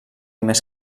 més